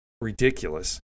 ridiculous